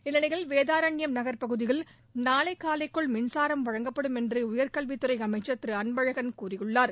இந்நிலையில் வேதாரண்ம் நகர்பகுதியில் நாளை காலைக்குள் மின்சாரம் வழங்கப்படும் என்று உயர்கல்வித்துறை அமைச்சர் திரு அன்பழகன் கூறியுள்ளார்